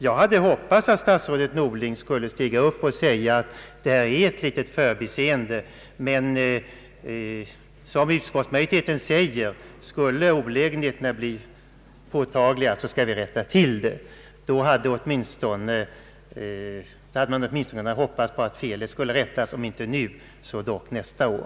Jag hade hoppats att statsrådet skulle förklara att propositionens förslag innehåller ett litet förbiseende i fråga om den som hyr en bil och att det, som utskottet säger, skall rättas till om olä genheterna blir påtagliga. Då hade man kunnat hoppas på att felet skulle kunna rättas till, om inte nu så dock nästa år. att enligt hans uppfattning flertalet röstat för ja-propositionen.